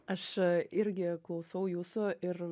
aš irgi klausau jūsų ir